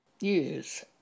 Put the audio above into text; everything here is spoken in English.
use